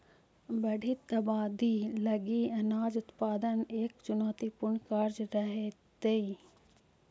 बढ़ित आबादी लगी अनाज उत्पादन एक चुनौतीपूर्ण कार्य रहेतइ